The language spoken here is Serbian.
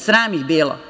Sram ih bilo.